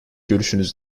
görüşünüz